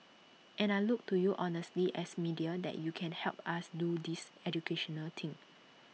and I look to you honestly as media that you can help us do this educational thing